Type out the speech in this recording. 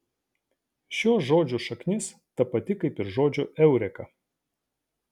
šio žodžio šaknis ta pati kaip ir žodžio eureka